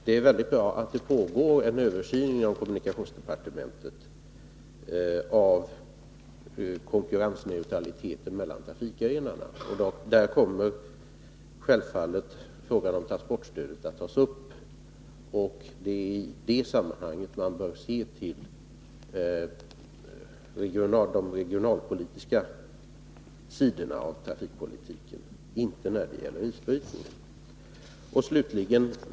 Det är mycket bra att det pågår en översyn inom kommunikationsdepartementet av konkurrensneutraliteten mellan trafikgrenarna. Där kommer självfallet frågan om transportstödet att tas upp, och det är i det sammanhanget man bör se till de regionalpolitiska sidorna av trafikpolitiken, men inte när det gäller isbrytningen.